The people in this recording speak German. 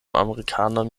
amerikanern